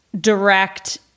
direct